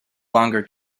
longer